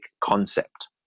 concept